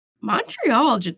Montreal